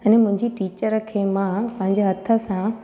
अने मुंहिंजी टीचर खे मां पंहिंजे हथ सां